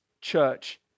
church